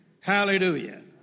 Hallelujah